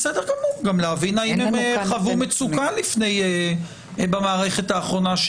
גם כדי להבין האם הם חוו מצוקה במערכת הבחירות האחרונה,